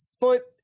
foot